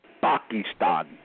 Pakistan